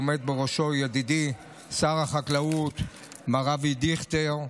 שעומד בראשו ידידי שר החקלאות מר אבי דיכטר,